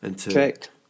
Correct